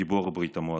גיבור ברית המועצות.